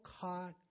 caught